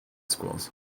schools